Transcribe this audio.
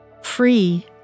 Free